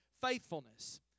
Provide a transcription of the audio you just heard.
faithfulness